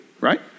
right